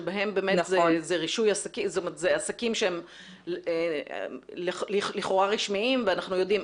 שבהן באמת זה עסקים שלכאורה רשמיים ואנחנו יודעים.